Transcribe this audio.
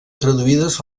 traduïdes